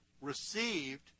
received